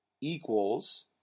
equals